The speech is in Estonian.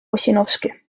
ossinovski